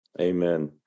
Amen